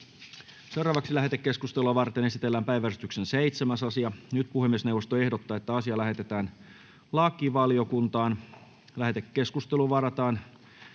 Content: Lähetekeskustelua varten esitellään päiväjärjestyksen 12. asia. Puhemiesneuvosto ehdottaa, että asia lähetetään perustuslakivaliokuntaan. Lähetekeskusteluun varataan